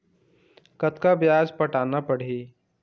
कतका ब्याज पटाना पड़ही?